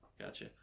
Gotcha